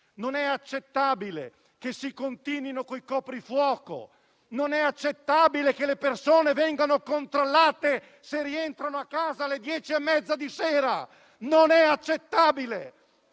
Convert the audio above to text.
Non è accettabile che si continui con i coprifuoco, non è accettabile che le persone vengano controllate se rientrano a casa alle dieci e mezza di sera. Non è accettabile!